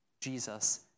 Jesus